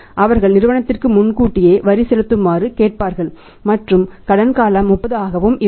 அவர்கள் நிறுவனத்திற்கு முன்கூட்டியே வரி செலுத்துமாறு கேட்பார்கள் மற்றும் கடன் காலம் 30 ஆகவும் இருக்கும்